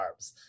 carbs